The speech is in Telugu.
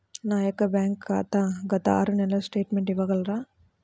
నా యొక్క బ్యాంక్ ఖాతా గత ఆరు నెలల స్టేట్మెంట్ ఇవ్వగలరా?